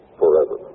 forever